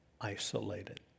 isolated